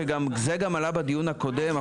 וזה גם עלה בדיון הקודם,